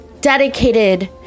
dedicated